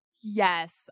Yes